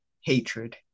hatred